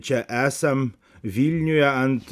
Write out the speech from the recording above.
čia esam vilniuje ant